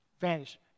vanish